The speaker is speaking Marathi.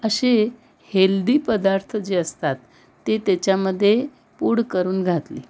असे हेल्दी पदार्थ जे असतात ते त्याच्यामध्ये पूड करून घातली